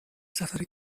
سفر